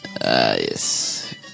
yes